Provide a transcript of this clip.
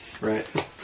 Right